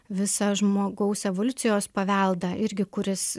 visą žmogaus evoliucijos paveldą irgi kuris